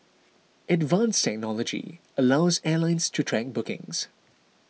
advanced technology allows airlines to track bookings